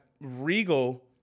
Regal